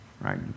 right